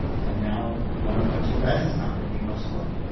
and now one of our two guys is not going to be in barcelona